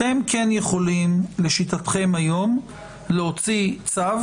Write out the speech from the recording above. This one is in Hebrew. אתם כן יכולים לשיטתכם היום להוציא צו